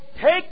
take